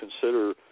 consider